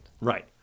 Right